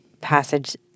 passage